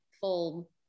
full